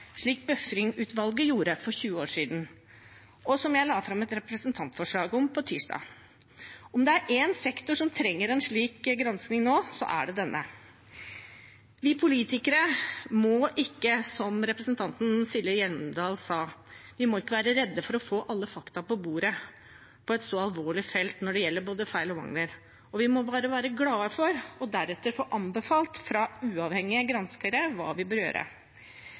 slik Befring-utvalget gjorde for 20 år siden, og som jeg la fram et representantforslag om på tirsdag. Om det er én sektor som trenger en slik granskning nå, er det denne. Vi politikere må ikke, som representanten Silje Hjemdal sa, være redde for å få alle fakta på bordet på et så alvorlig felt, både feil og mangler. Vi må bare være glad for deretter å få anbefalt fra uavhengige granskere hva vi bør gjøre.